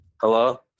Hello